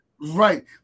Right